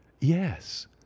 yes